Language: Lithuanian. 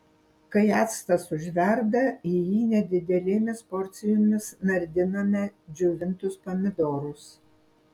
kai actas užverda į jį nedidelėmis porcijomis nardiname džiovintus pomidorus